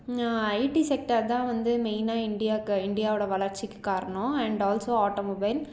ID sector தான் வந்து மெயினாக இண்டியாக்கு இண்டியாவோட வளர்ச்சிக்கு காரணம் அண்ட் ஆல்சோ ஆட்டோமொபைல்